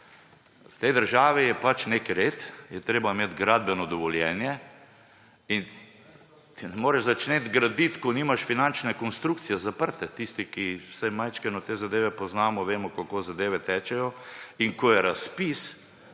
V tej državi je nek red, je treba imeti gradbeno dovoljenje, ne moreš začeti graditi, ko nimaš finančne konstrukcije zaprte. Tisti, ki vsaj malo te zadeve poznamo, vemo, kako zadeve tečejo. Ko je razpis